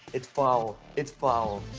it's foul, it's foul.